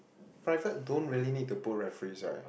private don't really need to put reference right